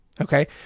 Okay